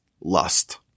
lust